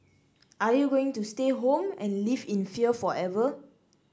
are you going to stay home and live in fear forever